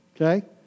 Okay